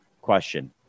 question